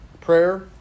prayer